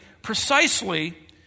precisely